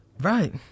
right